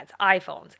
iPhones